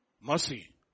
Mercy